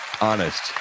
honest